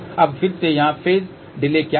अब फिर से यहाँ फेज डिले क्या है